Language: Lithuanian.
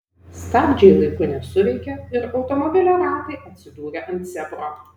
stabdžiai laiku nesuveikė ir automobilio ratai atsidūrė ant zebro